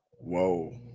Whoa